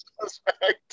suspect